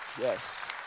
Yes